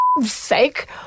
sake